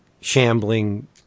shambling